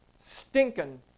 stinking